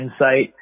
insight